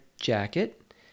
jacket